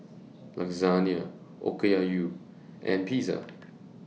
Lasagne Okayu and Pizza